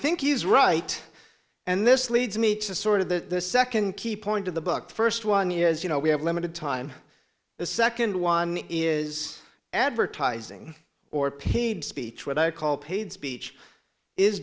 think he's right and this leads me to sort of the second key point of the book the first one is you know we have limited time the second one is advertising or paid speech what i call paid speech is